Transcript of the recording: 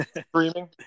Screaming